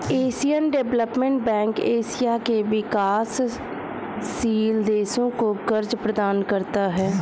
Asian development bank Asia के विकासशील देशों को कर्ज प्रदान करता है